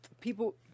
People